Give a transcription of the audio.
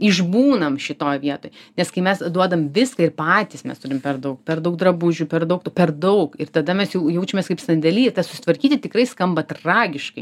išbūnam šitoj vietoj nes kai mes duodam viską ir patys mes turim per daug per daug drabužių per daug tu per daug ir tada mes jau jaučiamės kaip sandėly susitvarkyti tikrai skamba tragiškai